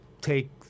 take